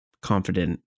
confident